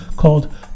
called